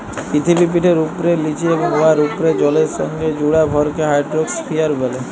পিথিবীপিঠের উপ্রে, লিচে এবং উয়ার উপ্রে জলের সংগে জুড়া ভরকে হাইড্রইস্ফিয়ার ব্যলে